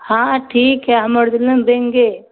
हाँ ठीक है हम ओरिजनल देंगे